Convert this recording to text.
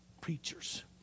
preachers